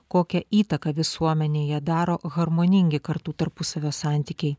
kokią įtaką visuomenėje daro harmoningi kartų tarpusavio santykiai